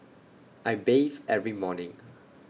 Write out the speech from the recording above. I bathe every morning